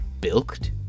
bilked